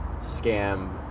scam